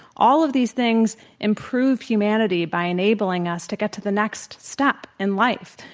all of these things improve humanity by enabling us to get to the next step in life,